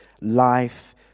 life